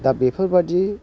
दा बेफोरबादि